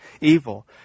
evil